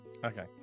Okay